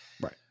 Right